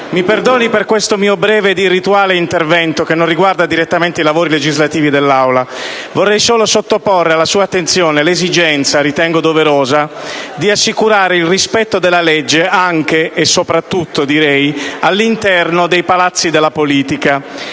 Mi perdoni per questo mio breve ma irrituale intervento che non riguarda direttamente i lavori dell’Aula. Vorrei solo sottoporre alla sua attenzione l’esigenza (lo ritengo doveroso) di assicurare il rispetto della legge anche – e soprattutto, direi – all’interno dei palazzi della politica.